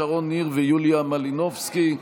שרון ניר ויוליה מלינובסקי,